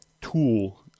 tool